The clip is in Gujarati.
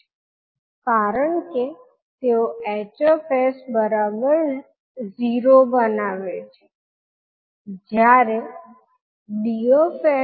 હવે 𝐻𝑠 ના ઝીરો અને પોલ આકૃતિમાં બતાવ્યા પ્રમાણે મોટેભાગે s પ્લેનમાં સ્થિત હોય છે જેથી સામાન્ય રીતે પોલ ડાબા અડધા પ્લેન માં હોય છે અને ઝીરો અહીં અથવા ત્યાંના કોઈપણ સ્થાન પર હોઈ શકે છે અથવા ઇમેજીનરી અક્ષ પર હોઈ શકે છે